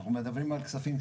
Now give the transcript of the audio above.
מדברים על כספים,